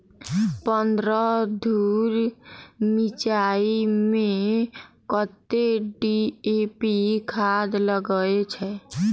पन्द्रह धूर मिर्चाई मे कत्ते डी.ए.पी खाद लगय छै?